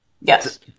Yes